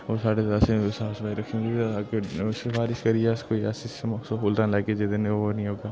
ओह् साढ़ै पासै साफ सफाई रक्खी नी सकदा सफारिश करियै अस कोई स्हूलतां लैगे जेह्दे कन्नै ओह् नी होग